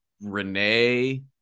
Renee –